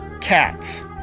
Cats